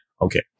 Okay